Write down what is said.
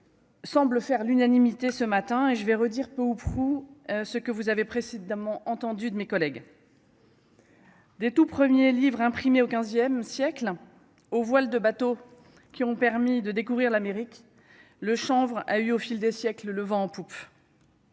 Semble faire l'unanimité ce matin et je vais redire peu ou prou ce que vous avez précédemment entendu de mes collègues. Des tout premiers livres imprimés au XVe siècle aux voiles de bateaux qui ont permis de découvrir l'Amérique, le chanvre a eu au fil des siècles le vent en poupe.